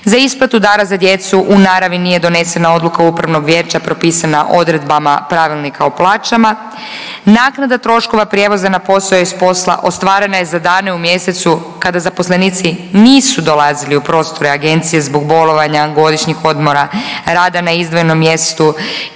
za isplatu dara za djecu u naravi nije donesena odluka Upravnog vijeća propisana odredbama Pravilnika o plaćama, naknada troškova prijevoza na posao i s posla ostvarena je za dane u mjesecu kada zaposlenici nisu dolazili u prostore agencije zbog bolovanja, godišnjih odmora, rada na izdvojenom mjestu